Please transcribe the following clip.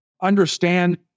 Understand